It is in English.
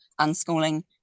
unschooling